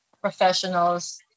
professionals